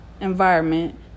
environment